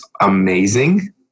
amazing